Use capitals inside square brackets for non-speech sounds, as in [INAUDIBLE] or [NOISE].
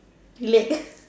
leh [LAUGHS]